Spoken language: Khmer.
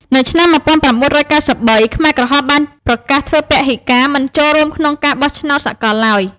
នៅឆ្នាំ១៩៩៣ ខ្មែរក្រហមបានប្រកាសធ្វើពហិការ មិនចូលរួមក្នុងការបោះឆ្នោតសកលឡើយ។